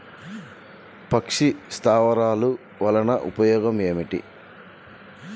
పక్షి స్థావరాలు వలన ఉపయోగం ఏమిటి?